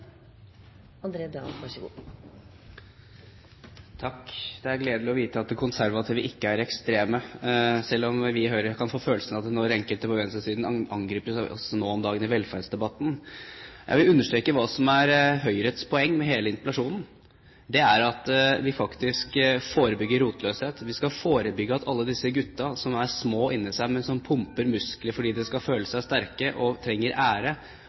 venstresiden angriper oss i velferdsdebatten nå om dagen. Jeg vil understreke hva som er Høyres poeng med hele interpellasjonsdebatten: Det er at vi faktisk vil forebygge rotløshet. Vi skal forebygge slik at alle disse guttene, som er små inne i seg, men som pumper muskler for at de skal føle seg sterke og trenger ære,